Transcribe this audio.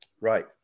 Right